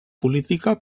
política